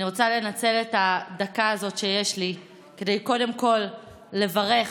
אני רוצה לנצל את הדקה הזאת שיש לי קודם כול כדי לברך